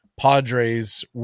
Padres